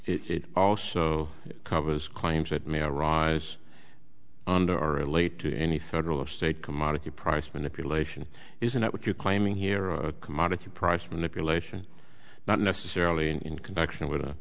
says it also covers claims that may arise under relate to any federal or state commodity price manipulation isn't that what you're claiming here a commodity price manipulation not necessarily in connection with a